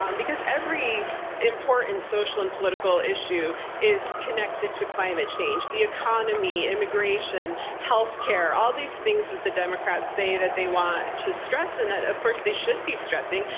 um because every important social and political issue is connected to climate change the economy, immigration, healthcare. all these things that the democrats say that they want to stress and that of course they should be stressing.